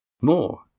More